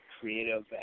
creative